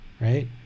right